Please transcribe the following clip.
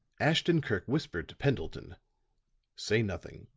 ashton-kirk whispered to pendleton say nothing.